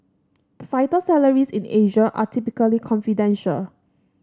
fighter salaries in Asia are typically confidential